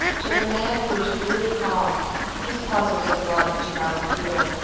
to the man who is really calm these puzzles of life do not appeal.